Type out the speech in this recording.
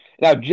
Now